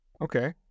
Okay